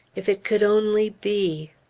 if it could only be.